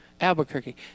Albuquerque